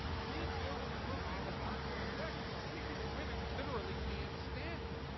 it means building a movement that's not so sexist that women literally can't stand it.